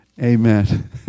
Amen